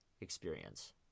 experience